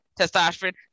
testosterone